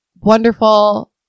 wonderful